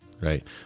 right